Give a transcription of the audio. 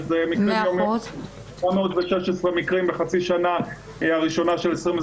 716 מקרים בחצי השנה הראשונה ב-2021,